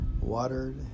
watered